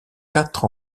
quatre